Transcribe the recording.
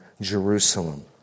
Jerusalem